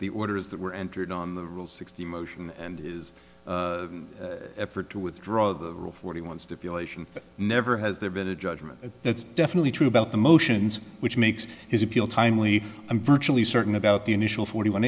the orders that were entered on the rule sixty motion and effort to withdraw the rule forty one stipulation never has there been a judgment that's definitely true about the motions which makes his appeal timely and virtually certain about the initial forty one